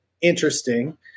interesting